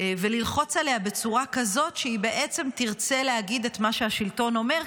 וללחוץ עליה בצורה כזאת שהיא בעצם תרצה להגיד את מה שהשלטון אומר,